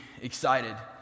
excited